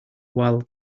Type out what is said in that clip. while